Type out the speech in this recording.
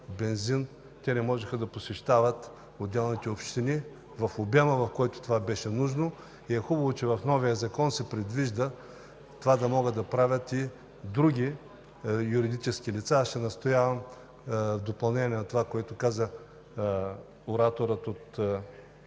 бензин не можеха да посещават отделните общини в обема, в който е нужно. Хубаво е, че в новия Закон е предвидено това да могат да правят и други юридически лица. Аз настоявам в допълнение на това, което каза ораторът от